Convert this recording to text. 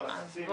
בלחצים.